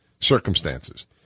circumstances